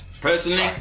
personally